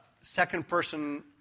second-person